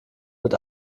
wird